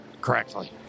correctly